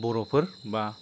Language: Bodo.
बर'फोर बा